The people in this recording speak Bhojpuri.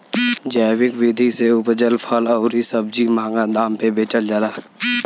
जैविक विधि से उपजल फल अउरी सब्जी महंगा दाम पे बेचल जाला